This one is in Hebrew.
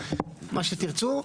מה שתרצו.